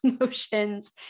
emotions